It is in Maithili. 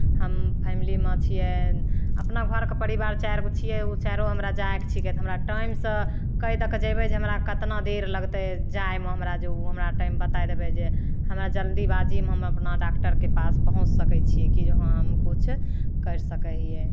हम फैमलीमे छियै अपना घरके परिवार चारि गो छियै ओ चारू हमरा जायके छिकै हमरा टाइमसँ कै दऽ कऽ जयबै जे हमरा कतना देर लगतै जायमे हमरा जे ओ हमरा टाइम बताए देबै जे हमरा जल्दीबाजीमे हम अपना डॉक्टरके पास पहुँचि सकै छियै कि जे हँ हम किछु करि सकै हियै